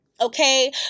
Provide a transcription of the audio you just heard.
okay